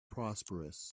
prosperous